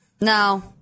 No